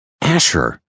Asher